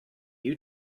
you